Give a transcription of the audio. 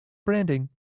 branding